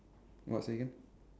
what say again